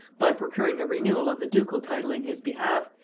by procuring a renewal of the ducal title in his behalf,